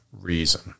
reason